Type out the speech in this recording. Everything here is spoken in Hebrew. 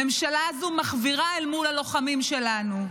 הממשלה הזו מחווירה אל מול הלוחמים שלנו.